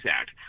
Act